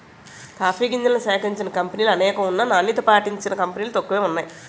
coffee గింజల్ని సేకరించిన కంపినీలనేకం ఉన్నా నాణ్యత పాటించిన కంపినీలు తక్కువే వున్నాయి